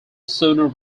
sooner